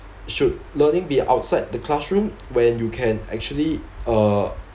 should learning be outside the classroom when you can actually uh